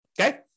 okay